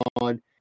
on